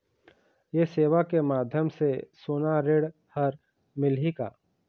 ये सेवा के माध्यम से सोना ऋण हर मिलही का?